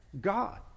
God